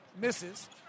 misses